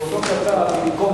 בבקשה.